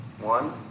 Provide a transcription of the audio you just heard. One